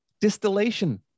Distillation